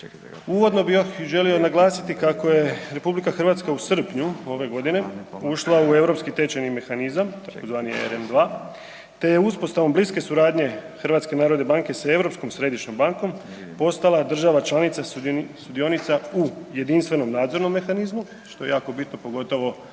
Uvodno bih još želio naglasiti kako je RH u srpnju ove godine ušla u europski tečajni mehanizam tzv. RM2 te je uspostavom bliske suradnje HNB-a sa Europskom središnjom bankom postala država članica sudionica u jedinstvenom nadzornom mehanizmu, što je jako bitno pogotovo vezano